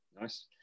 nice